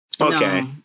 Okay